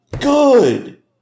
good